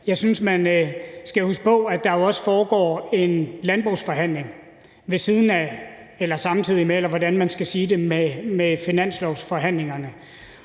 Jeg synes, man skal huske på, at der jo også foregår en landbrugsforhandling ved siden af eller samtidig med finanslovsforhandlingerne,